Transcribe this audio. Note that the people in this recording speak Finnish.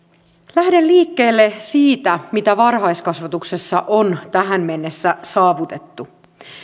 lähden liikkeelle siitä mitä varhaiskasvatuksessa on tähän mennessä saavutettu